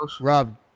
Rob